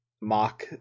mock